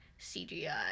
CGI